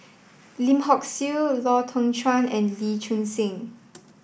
Lim Hock Siew Lau Teng Chuan and Lee Choon Seng